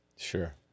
Sure